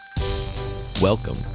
Welcome